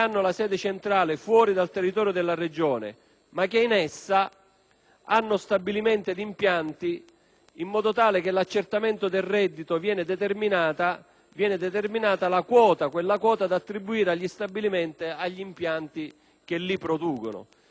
hanno stabilimenti ed impianti, in modo tale che nell'accertamento dei redditi venga determinata la quota da attribuire agli stabilimenti ed agli impianti medesimi. È una vecchia questione, mai risolta definitivamente, che nel